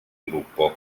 gruppo